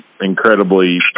incredibly